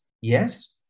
Yes